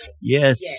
Yes